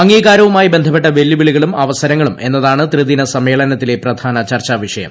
അംഗീകാരവുമായി ബന്ധപ്പെട്ട വെല്ലുവിളികളും അവസരങ്ങളും എന്നതാണ് ത്രിദിന സമ്മേളനത്തിലെ പ്രധാന ചർച്ചാ വിഷയം